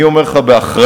אני אומר לך באחריות,